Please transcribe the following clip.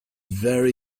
very